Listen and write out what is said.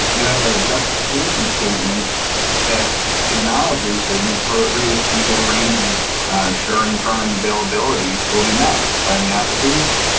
you have a justification statement that acknowledges that an appropriate legal arrangement, a sharing permanent availability will be met by the application.